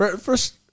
first